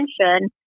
attention